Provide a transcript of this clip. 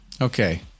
Okay